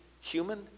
human